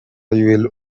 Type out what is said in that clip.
will